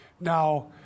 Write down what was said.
Now